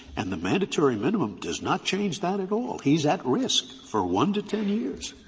and the mandatory minimum does not change that at all. he is at risk for one to ten years.